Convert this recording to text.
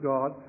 God